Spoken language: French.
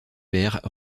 père